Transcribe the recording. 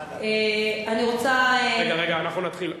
אני רוצה, רגע, רגע, אנחנו נתחיל.